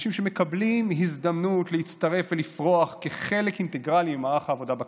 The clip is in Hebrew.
אנשים שמקבלים הזדמנות להצטרף ולפרוח כחלק אינטגרלי ממערך העבודה בכנסת.